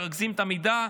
מרכזים את המידע.